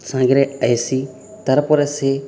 ସାଙ୍ଗ୍ରେ ଆଇସି ତାର୍ ପରେ ସିଏ